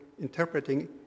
interpreting